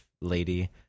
lady